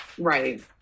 Right